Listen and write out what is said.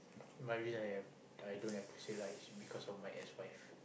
what risk I am I don't have to say lies because of my ex wife